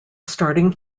starting